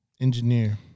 engineer